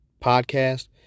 podcast